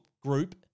group